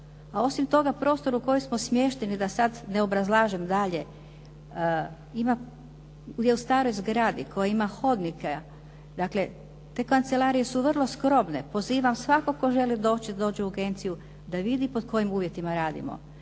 osim toga prostor u kojem smo smješteni, da sada ne obrazlažem dalje, je u staroj zgradi koja ima hodnike. Dakle, te kancelarije su vrlo skromne. Pozivam svakog tko želi da dođe u agenciju da vidi pod kojim uvjetima radimo.